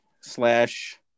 slash